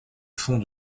fond